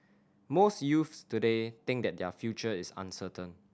most youths today think that their future is uncertain